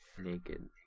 naked